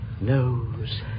knows